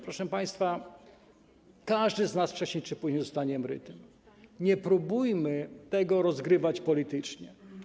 Proszę państwa, każdy z nas wcześniej czy później zostanie emerytem, nie próbujmy tego rozgrywać politycznie.